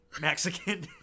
Mexican